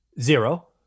Zero